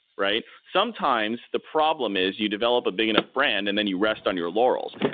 right? sometimes the problem is you develop a big enough brand and then you rest on your laurels.